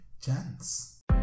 chance